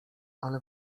ale